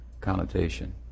connotation